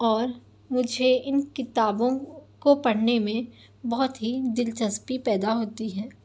اور مجھے ان کتابوں کو پڑھنے میں بہت ہی دلچسپی پیدا ہوتی ہے